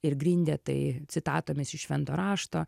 ir grindė tai citatomis iš švento rašto